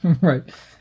Right